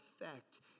effect